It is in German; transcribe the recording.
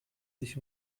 sich